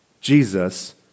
Jesus